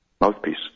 mouthpiece